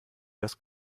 das